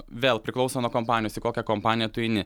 vėl priklauso nuo kompanijos į kokią kompaniją tu eini